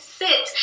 sit